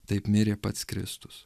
taip mirė pats kristus